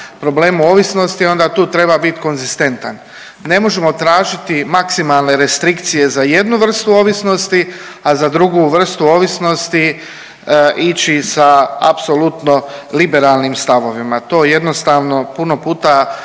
problemu ovisnosti onda tu treba biti konzistentan. Ne možemo tražiti maksimalne restrikcije za jednu vrstu ovisnosti, a za drugu vrstu ovisnosti ići sa apsolutno liberalnim stavovima. To jednostavno puno puta